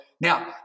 Now